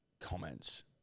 comments